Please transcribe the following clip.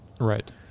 right